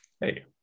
hey